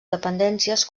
dependències